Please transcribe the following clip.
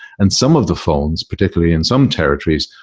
and some of the phones, particularly in some territories,